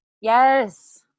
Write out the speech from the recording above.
Yes